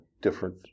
different